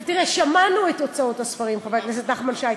זה לא בגלל החוק.